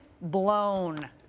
blown